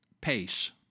Pace